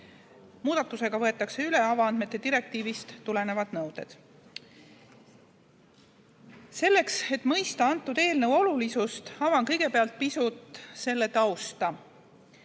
Muudatusega võetakse üle avaandmete direktiivist tulenevad nõuded. Selleks, et mõista antud eelnõu olulisust, avan kõigepealt pisut selle